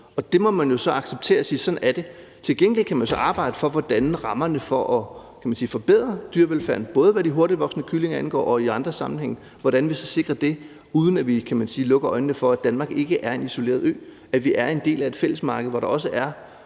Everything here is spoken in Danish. at sådan er det. Til gengæld kan man så arbejde for at forbedre rammerne for dyrevelfærden, både hvad de hurtigtvoksende kyllinger angår og i andre sammenhænge. Hvordan sikrer vi det, uden at vi lukker øjnene for, at Danmark ikke er en isoleret ø? Vi er en del af et fællesmarked, hvor der også er